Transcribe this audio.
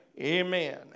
Amen